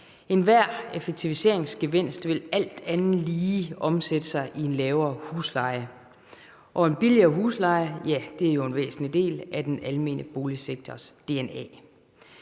Enhver effektiviseringsgevinst vil alt andet lige omsætte sig i en lavere husleje, og en billigere husleje er jo en væsentlig del af den almene boligsektors dna.